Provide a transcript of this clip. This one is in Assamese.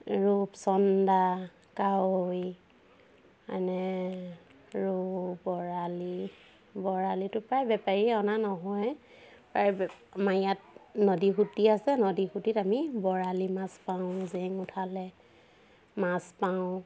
ৰূপচন্দা কাৱৈ এনে ৰৌ বৰালি বৰালিটো প্ৰায় বেপাৰীয়ে অনা নহয় প্ৰায় বেপ আমাৰ ইয়াত নদী সুঁতি আছে নদী সুঁতিত আমি বৰালি মাছ পাওঁ জেং উঠালে মাছ পাওঁ